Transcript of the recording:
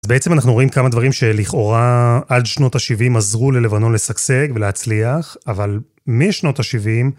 אז בעצם אנחנו רואים כמה דברים שלכאורה עד שנות ה-70 עזרו ללבנון לשגשג ולהצליח, אבל משנות ה-70,